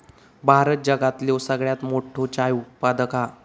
भारत जगातलो सगळ्यात मोठो चाय उत्पादक हा